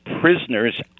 prisoners